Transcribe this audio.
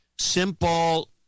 simple